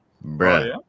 bro